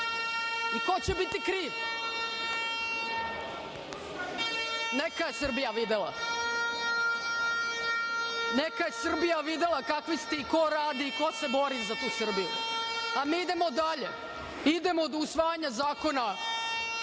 Ko će biti kriv? Neka je Srbija videla, neka je Srbija videla kakvi ste i ko radi i ko se bori za tu Srbiju. Mi idemo dalje. Idemo do usvajanja Zakona